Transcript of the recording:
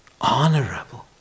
honorable